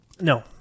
No